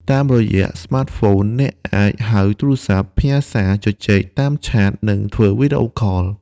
តាមរយៈស្មាតហ្វូន អ្នកអាច ហៅទូរស័ព្ទ ផ្ញើសារ ជជែកតាមឆាត និងធ្វើវីដេអូខល។